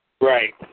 Right